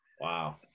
Wow